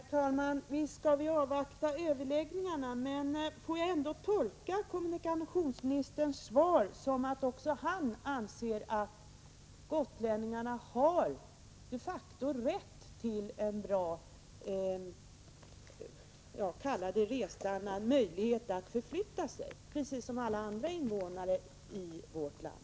Herr talman! Visst skall vi avvakta överläggningarna, men får jag ändå tolka kommunikationsministerns svar så att också han anser att gotlänningarna de facto har rätt till en bra standard på sina kommunikationer, precis som alla andra invånare i vårt land?